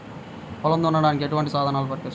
పొలం దున్నడానికి ఎటువంటి సాధనాలు ఉపకరిస్తాయి?